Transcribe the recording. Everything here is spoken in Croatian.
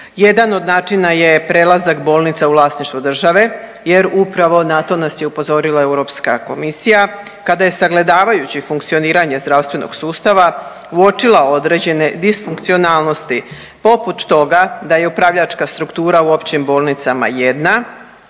Jedan od načina je prelazak bolnica u vlasništvo države jer upravo na to nas je upozorila Europska komisija kada je sagledavajući funkcioniranje zdravstvenog sustava uočila određene disfunkcionalnosti poput toga da je upravljačka struktura u općim bolnicama jedna,